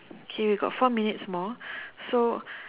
okay we got four minutes more so